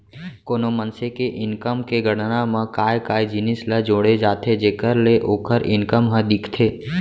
कोनो मनसे के इनकम के गणना म काय काय जिनिस ल जोड़े जाथे जेखर ले ओखर इनकम ह दिखथे?